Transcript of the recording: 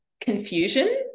confusion